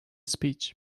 speech